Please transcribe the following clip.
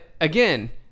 again